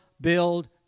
build